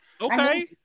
Okay